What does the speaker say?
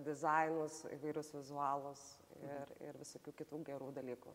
dizainus įvairius vizualus ir ir visokių kitų gerų dalykų